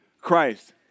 Christ